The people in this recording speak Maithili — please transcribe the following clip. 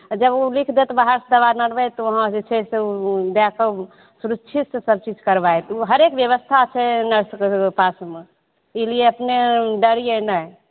आ जब ओ लीख देत बहार सऽ दबा अनबै तऽ वहाॅं जे छै से ओ दैके सुरुक्षित सब चीज करबायत ओ हरेक व्यवस्था छै नर्सके पासमे ई लिए अपने डरिये नहि